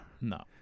No